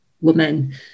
woman